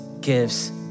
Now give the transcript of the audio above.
gives